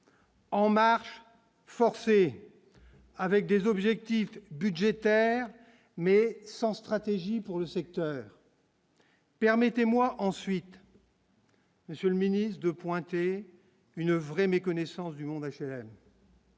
En marche forcée avec des objectifs budgétaires mais sans stratégie pour le secteur. Permettez-moi ensuite. Monsieur le ministre, de pointer une vraie méconnaissance du monde HLM.